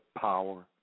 power